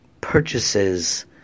purchases